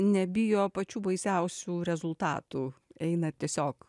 nebijo pačių baisiausių rezultatų eina tiesiog